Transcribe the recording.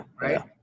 Right